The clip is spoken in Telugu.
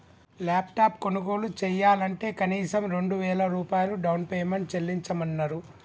ల్యాప్టాప్ కొనుగోలు చెయ్యాలంటే కనీసం రెండు వేల రూపాయలు డౌన్ పేమెంట్ చెల్లించమన్నరు